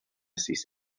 sis